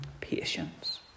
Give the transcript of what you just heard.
Patience